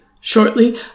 Shortly